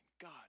God